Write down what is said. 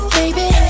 baby